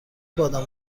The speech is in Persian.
بادام